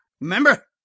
remember